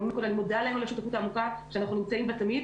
אני מודה להם על השליחות העמוקה שאנחנו נמצאים בה תמיד,